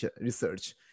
research